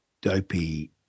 dopey